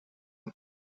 was